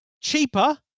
cheaper